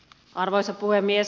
arvoisa puhemies